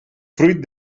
fruit